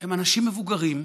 הם אנשים מבוגרים,